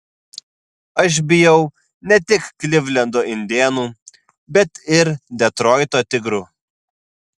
aš bijau ne tik klivlendo indėnų bet ir detroito tigrų